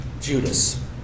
Judas